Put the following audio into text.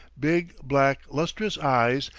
big, black, lustrous eyes,